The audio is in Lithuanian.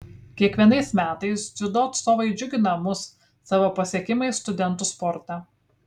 kiekvienais metais dziudo atstovai džiugina mus savo pasiekimais studentų sporte